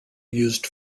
used